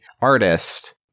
artist